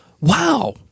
wow